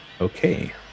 Okay